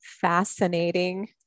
fascinating